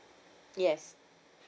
yes